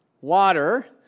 water